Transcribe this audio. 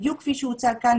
בדיוק כפי שהוצג כאן,